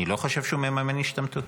אני לא חושב שהוא מממן השתמטות.